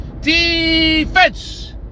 Defense